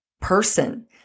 person